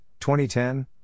2010